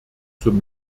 zum